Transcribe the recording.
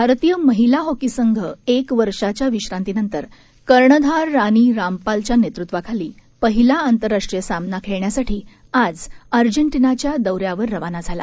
भारतीय महिला हॉकी संघ एक वर्षाच्या विश्रांतीनंतर कर्णधार राणी रामपालच्या नेतृत्वाखाली पहिला आतंरराष्ट्रीय सामना खेळण्यासाठी आज अजेंटिनाच्या दौऱ्यावर रवाना झाला